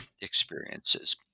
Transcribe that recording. experiences